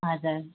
हजुर